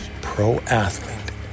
pro-athlete